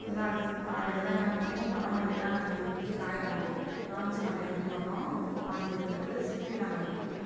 முத நாள் காலையில் தான் என்ன பண்ணுவோம் பன மட்டையெலாம் நாங்கள் வெட்டி காய போடுவோம் காஞ்ச மட்டையை வைக்க மாட்டோம் ரொம்ப காஞ்சு இருக்கக்கூடாது சிப்பியும் நாங்கள் வைக்க மாட்டோம்